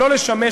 ולא לשמש,